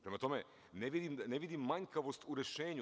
Prema tome, ne vidim manjkavost u rešenju.